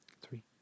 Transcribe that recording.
three